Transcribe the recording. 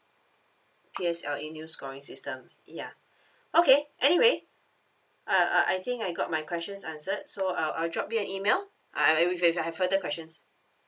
P_S_L_E new scoring system ya okay anyway I I think I got my questions answered so I I'll drop you an email I if if I have further questions